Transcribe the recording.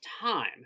time